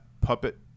puppet